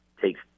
takes